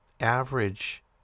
average